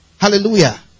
Hallelujah